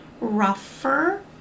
rougher